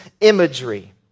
imagery